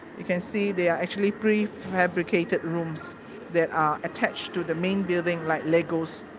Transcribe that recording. you can see they are actually prefabricated rooms that are attached to the main building like legos.